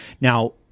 Now